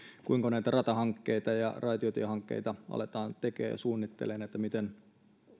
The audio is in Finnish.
kuinka näitä ratahankkeita ja raitiotiehankkeita aletaan tekemään ja suunnittelemaan että miten